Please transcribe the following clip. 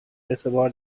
اعتبار